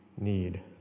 need